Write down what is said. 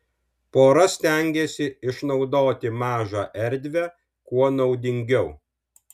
pora stengėsi išnaudoti mažą erdvę kuo naudingiau